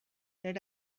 that